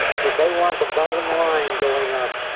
cause they want the bottom line going up.